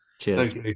Cheers